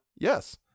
yes